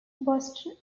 boston